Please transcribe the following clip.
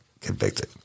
convicted